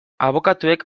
abokatuek